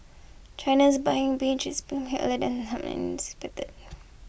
China's buying binge is earlier than some expected